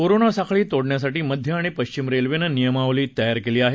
corona साखळी तोडण्यासाठी मध्य आणि पश्चिम रेल्वेने नियमावली तयार केली आहे